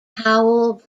howell